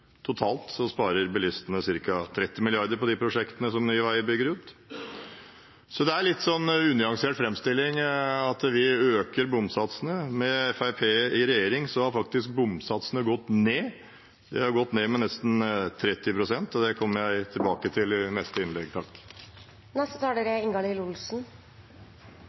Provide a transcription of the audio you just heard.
Totalt sparer bilistene ca. 30 mrd. kr på de prosjektene som Nye Veier bygger ut. Så det er en litt unyansert framstilling at vi øker bomsatsene. Med Fremskrittspartiet i regjering har faktisk bomsatsene gått ned, de har gått ned med nesten 30 pst., og det kommer jeg tilbake til i neste innlegg.